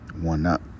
one-up